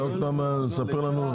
אתה עוד פעם מספר לנו,